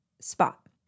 spot